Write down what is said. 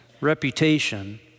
reputation